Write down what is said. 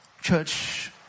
Church